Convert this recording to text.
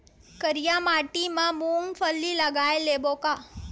करिया माटी मा मूंग फल्ली लगय लेबों का?